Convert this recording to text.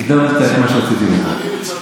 הקדמת את מה שרציתי לומר.